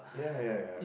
ya ya ya